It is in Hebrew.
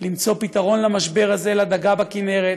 למצוא פתרון למשבר הזה, לדגה בכינרת,